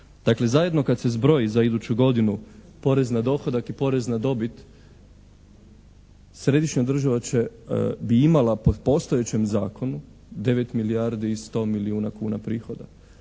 zajedno kada se zbroji za iduću godinu porez na dohodak i porez na dobit središnja država bi imala po postojećem zakonu 9 milijardi i 100 milijuna kuna prihoda.